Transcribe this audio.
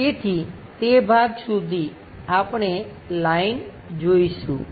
તેથી તે ભાગ સુધી આપણે લાઈન જોઈશું